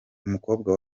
umukobwa